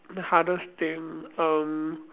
the hardest thing um